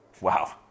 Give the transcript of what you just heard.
Wow